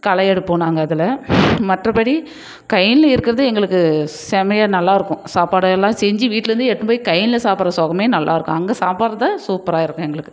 களையெடுப்போம் நாங்கள் அதில் மற்றபடி கழனில இருக்கிறது எங்களுக்கு செம்மையாக நல்லாயிருக்கும் சாப்பாடெல்லாம் செஞ்சு வீட்டுலேந்து எடுத்துன்னு போய் கழனில சாப்பிடுற சுகமே நல்லாயிருக்கும் அங்கே சாப்பிடுறதான் சூப்பராக இருக்கும் எங்களுக்கு